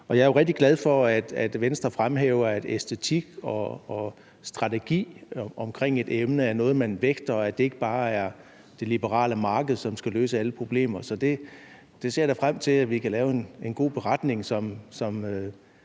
rigtig glad for, at Venstre fremhæver, at æstetik og strategi omkring et emne er noget, man vægter, og at det ikke bare er det liberale marked, som skal løse alle problemer. Så jeg ser da frem til, at vi kan lave en god beretning,